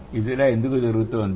ఇది ఎలా జరుగుతుంది